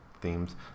themes